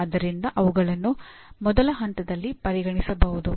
ಆದ್ದರಿಂದ ಅವುಗಳನ್ನು ಮೊದಲ ಹಂತದಲ್ಲಿ ಪರಿಗಣಿಸಬಹುದು